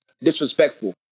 disrespectful